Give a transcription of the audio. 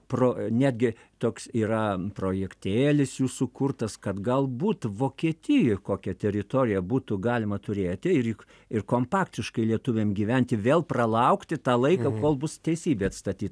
pro netgi toks yra projektėlis jų sukurtas kad galbūt vokietijoj kokia teritoriją būtų galima turėti ir juk ir kompaktiškai lietuviam gyventi vėl pralaukti tą laiką kol bus teisybė atstatyta